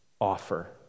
offer